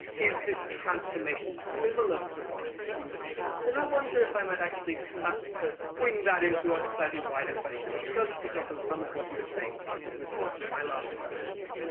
is this transformation similar to the ones that you've observed? and i wonder if i might actually bring that into a slightly wider question, which does pick up on some of what you were saying in response to my last question.